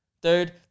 Dude